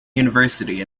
university